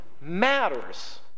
matters